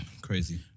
Crazy